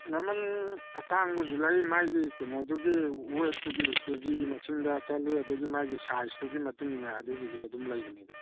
ꯃꯃꯜ ꯑꯇꯥꯡꯕꯁꯨ ꯂꯩ ꯃꯥꯒꯤ ꯀꯩꯅꯣꯗꯨꯒꯤ ꯋꯦꯠꯇꯨꯒꯤ ꯀꯦꯖꯤ ꯃꯁꯤꯡꯗ ꯆꯠꯂꯤ ꯑꯗꯒꯤ ꯃꯥꯒꯤ ꯁꯥꯏꯖꯇꯨꯒꯤ ꯃꯇꯨꯡ ꯏꯟꯅ ꯑꯗꯨꯒꯤꯗꯤ ꯑꯗꯨꯝ ꯂꯩꯕꯅꯤꯗ